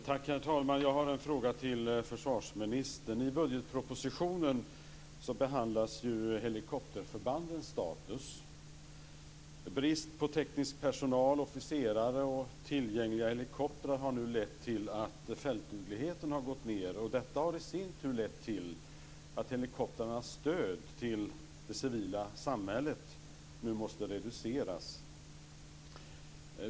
Herr talman! Jag har en fråga till försvarsministern. I budgetpropositionen behandlas helikopterförbandens status. Brist på teknisk personal, officerare och tillgängliga helikoptrar har nu lett till att fältdugligheten har minskat. Detta har i sin tur lett till att helikoptrarnas stöd till det civila samhället nu måste reduceras.